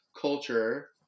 culture